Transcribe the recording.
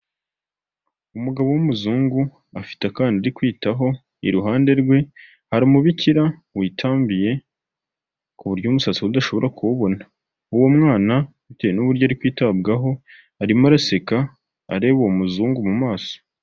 umugabo w'umuzungu afite akana ari kwitaho, iruhande rwe hari umubikira witandiye ku buryo umusatsi udashobora kuwubona, uwo mwana bitewe n'uburyo ari kwitabwaho; arimo araseka areba uwo muzungu mu maso.